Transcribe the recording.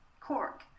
Cork